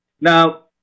Now